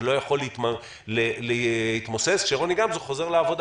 זה לא יכול להתמוסס כשרוני גמזו חוזר לעבודה